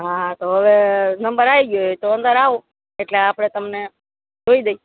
હા તો હવે નંબર આવી ગયો હોય તો અંદર આવો એટલે આપણે તમને જોઈ દઇએ